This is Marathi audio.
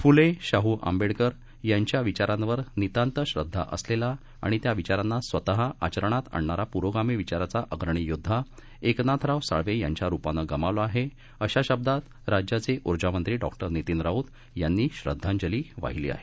फुले शाह आंबेकर यांच्या विचारांवर नितांत श्रद्वा असलेला आणि त्या विचारांना स्वतः आचरणात आणणारा पुरोगामी विचाराचा अग्रणी योद्वा एकनाथराव साळवे यांच्या रुपाने गमावला आहे अशा शब्दात राज्याचे ऊर्जामंत्री डॉ नितीन राऊत यांनी श्रद्वांजली वाहिली आहे